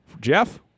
Jeff